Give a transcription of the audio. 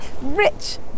Rich